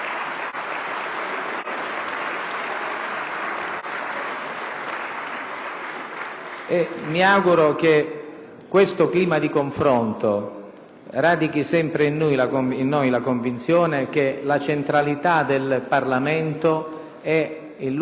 Mi auguro che questo clima di confronto radichi sempre in noi la convinzione che la centralità del Parlamento è essenziale perché si possa trovare un momento di sintesi reale politico-parlamentare tra maggioranza e opposizione.